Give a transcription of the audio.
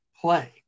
play